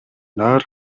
нойр